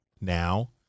now